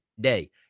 day